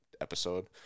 episode